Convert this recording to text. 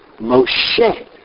Moshe